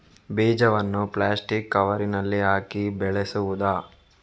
ಬೀಜವನ್ನು ಪ್ಲಾಸ್ಟಿಕ್ ಕವರಿನಲ್ಲಿ ಹಾಕಿ ಬೆಳೆಸುವುದಾ?